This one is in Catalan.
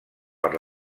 per